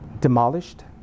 demolished